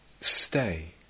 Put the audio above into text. stay